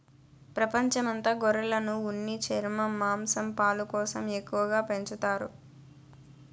ప్రపంచం అంత గొర్రెలను ఉన్ని, చర్మం, మాంసం, పాలు కోసం ఎక్కువగా పెంచుతారు